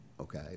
Okay